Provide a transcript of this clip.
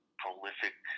prolific